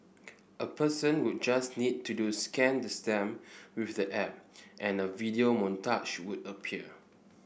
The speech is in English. a person would just need to do scan the stamp with the app and a video montage would appear